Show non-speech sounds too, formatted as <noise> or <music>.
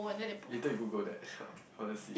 later you Google that <breath> honestly